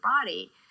body